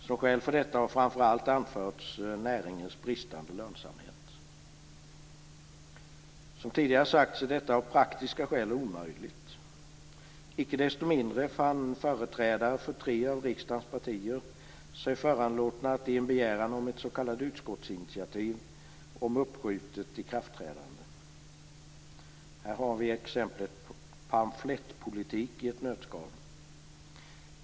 Som skäl för detta har framför allt anförts näringens bristande lönsamhet. Av praktiska skäl är detta omöjligt. Icke desto mindre fann företrädare för tre av riksdagens partier sig föranlåtna att begära ett s.k. utskottsinitiativ om uppskjutet ikraftträdande. Här har vi ett exempel på pamflettpolitik i ett nötskal.